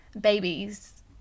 babies